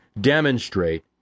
demonstrate